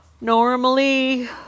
Normally